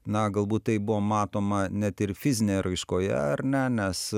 na galbūt tai buvo matoma net ir fizinėje raiškoje ar ne nes